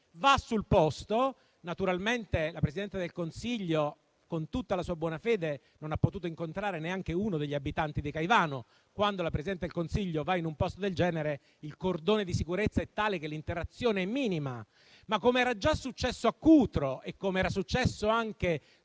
va sul posto - naturalmente la Presidente del Consiglio, con tutta la sua buona fede, non ha potuto incontrare neanche uno degli abitanti di Caivano perché, quando la Presidente del Consiglio va in un posto del genere, il cordone di sicurezza è tale che l'interazione è minima - e, come era già successo a Cutro e anche